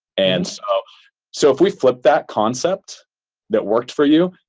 and so, so if we flip that concept that worked for you.